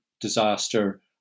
Disaster